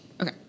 Okay